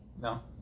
No